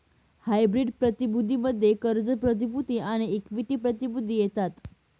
hybrid प्रतिभूती मध्ये कर्ज प्रतिभूती आणि इक्विटी प्रतिभूती येतात